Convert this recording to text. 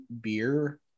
beer